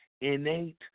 innate